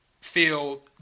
feel